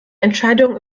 entscheidung